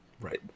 Right